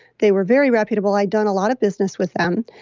they were very reputable. i'd done a lot of business with them.